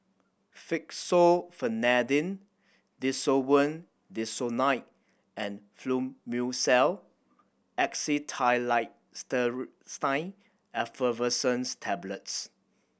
Fexofenadine Desowen Desonide and Fluimucil Effervescent's Tablets